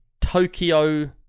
Tokyo